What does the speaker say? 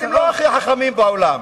אתם לא הכי חכמים בעולם.